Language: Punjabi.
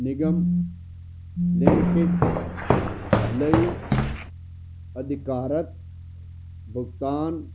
ਨਿਗਮ ਲਿਮਿਟੇਡ ਲਈ ਅਧਿਕਾਰਤ ਭੁਗਤਾਨ